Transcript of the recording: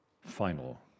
final